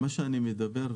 מה שאני אומר,